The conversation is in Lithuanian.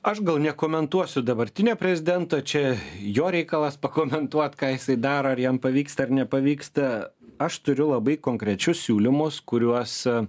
aš gal nekomentuosiu dabartinio prezidento čia jo reikalas pakomentuot ką jisai daro ar jam pavyksta ar nepavyksta aš turiu labai konkrečius siūlymus kuriuos